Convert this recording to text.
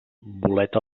bolet